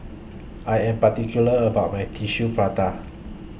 I Am particular about My Tissue Prata